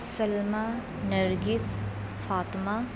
Salma Nargis Fatima